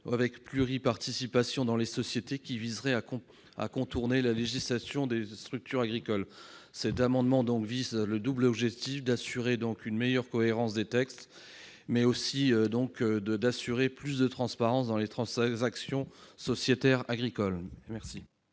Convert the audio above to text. avec pluri-participations dans les sociétés qui viseraient à contourner la législation des structures agricoles. Cet amendement a donc un double objectif : assurer une meilleure cohérence des textes et garantir davantage de transparence dans les transactions sociétaires agricoles. Quel